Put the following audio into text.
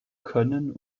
können